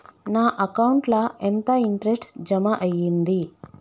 నా అకౌంట్ ల ఎంత ఇంట్రెస్ట్ జమ అయ్యింది?